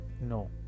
No